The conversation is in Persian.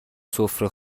سفره